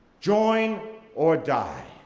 join or die.